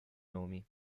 nomi